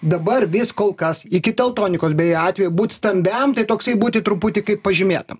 dabar vis kol kas iki teltonikos beje atvejo būt stambiam tai toksai būti truputį kaip pažymėtam